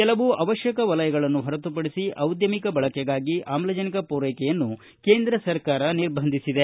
ಕೆಲವು ಅವಶ್ಯಕ ವಲಯಗಳನ್ನು ಹೊರತುಪಡಿಸಿ ಔದ್ಯಮಿಕ ಬಳಕೆಗಾಗಿ ಆಮ್ಲಜನಕ ಪೂರೈಕೆಯನ್ನು ಕೇಂದ್ರ ಸರ್ಕಾರ ನಿರ್ಭಂಧಿಸಿದೆ